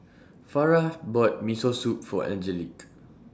Farrah bought Miso Soup For Angelique